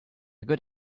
good